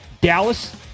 Dallas